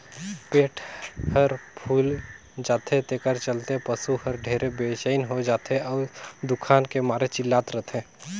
पेट हर फूइल जाथे तेखर चलते पसू हर ढेरे बेचइन हो जाथे अउ दुखान के मारे चिल्लात रथे